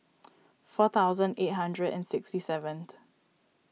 four thousand eight hundred and sixty seventh